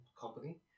company